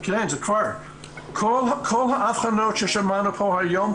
כל האבחנות ששמענו פה היום,